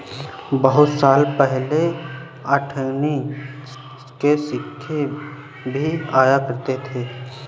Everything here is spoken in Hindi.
बहुत साल पहले अठन्नी के सिक्के भी आया करते थे